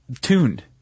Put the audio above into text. tuned